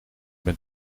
ben